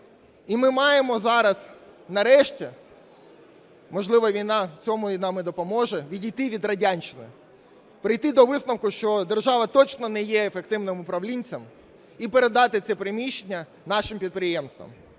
І ми маємо зараз нарешті, можливо, війна в цьому нам і допоможе, відійти від радянщини, прийти до висновку, що держава, точно, не є ефективним управлінцем і передати ці приміщення нашим підприємцям.